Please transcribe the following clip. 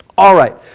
alright,